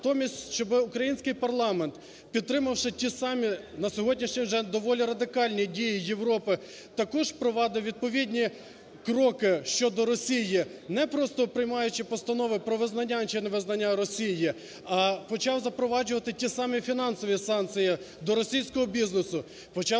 натомість, щоби український парламент, підтримавши ті самі на сьогодні вже доволі радикальні дії Європи, також провадив відповідні кроки щодо Росії, не просто приймаючи постанови про визнання чи невизнання Росії, а почав запроваджувати ті самі фінансові санкції до російського бізнесу, почав запроваджувати